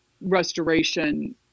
restoration